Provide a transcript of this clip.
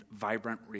vibrant